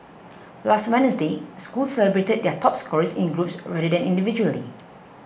last Wednesday schools celebrated their top scorers in groups rather than individually